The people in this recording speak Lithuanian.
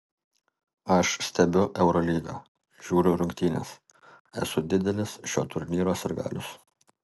aš stebiu eurolygą žiūriu rungtynes esu didelis šio turnyro sirgalius